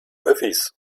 öffis